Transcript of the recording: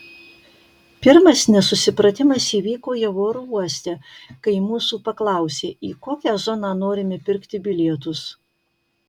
pirmas nesusipratimas įvyko jau oro uoste kai mūsų paklausė į kokią zoną norime pirkti bilietus